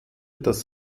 das